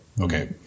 okay